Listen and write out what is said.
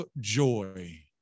joy